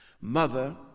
Mother